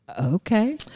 Okay